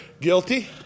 guilty